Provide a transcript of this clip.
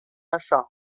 așa